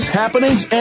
happenings